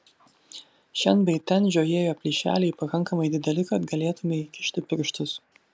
šen bei ten žiojėjo plyšeliai pakankamai dideli kad galėtumei įkišti pirštus